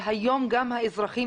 והיום גם האזרחים.